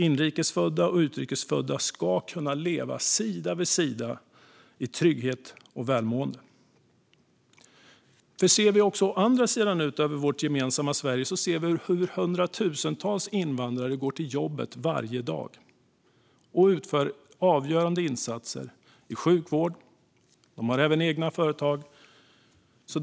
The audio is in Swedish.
Inrikes födda och utrikes födda ska kunna leva sida vid sida i trygghet och välmående. Ser vi å andra sidan ut över vårt gemensamma Sverige ser vi hur hundratusentals invandrare går till jobbet varje dag. De utför avgörande insatser i sjukvården, och de har även egna företag.